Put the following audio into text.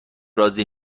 راضی